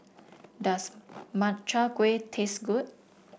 does Makchang Gui taste good